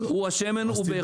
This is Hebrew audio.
השמן הוא באיכות נמוכה.